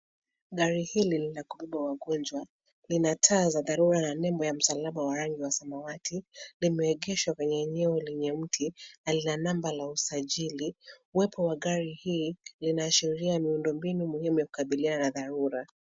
Gari hili ni la kubeba wagonjwa. Lina taa za dharura na nembo ya msalaba wa rangi ya samawati. Limegeshwa kwenye eneo lenye mti na lina namba ya usajili. Uwepo wa gari hii linaashiria miundombinu muhimu ya kukabiliana na dharura.